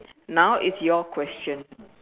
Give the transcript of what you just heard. now it's your question